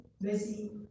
busy